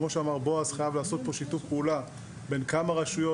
כמו שאמר בעז חייב לעשות פה שיתוף פעולה בין כמה רשויות.